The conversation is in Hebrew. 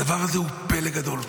הדבר הזה הוא פלא גדול.